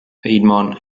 piedmont